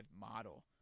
model